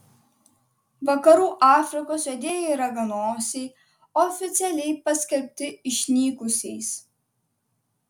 vakarų afrikos juodieji raganosiai oficialiai paskelbti išnykusiais